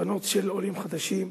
בנות של עולים חדשים,